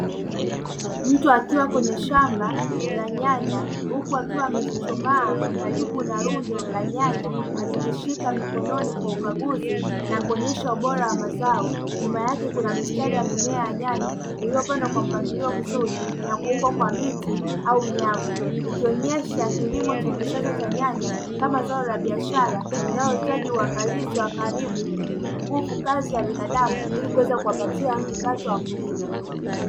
Mtu akiwa kwenye shamba la nyanya huku akiwa amechuchumaa, karibu la lundo la nyanya akizishika mkononi kwa ukaguzi na kuonyesha ubora wa mazao, nyuma yake kuna mistari ya mimea ya nyanya iliyo pandwa kwa mpangilio mzuri, na kuungwa kwa miti au nyavu. Ikionyesha ni kilimo cha kisasa cha nyanya kama zao la biashara linalo hitaji uangalizi wa karibu, nguvu kazi ya binadamu ili kuweza kuwapatia kipato wakulima.